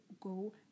go